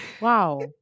Wow